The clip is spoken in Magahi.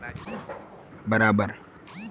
बराबर टाइमत भुगतान करे दिले व्हाक वार्षिकी कहछेक